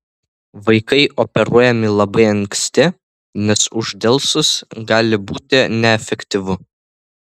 vaikai operuojami labai anksti nes uždelsus gali būti neefektyvu